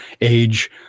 age